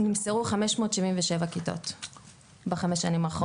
נמסרו 577 בכיתות בחמש השנים האחרונות.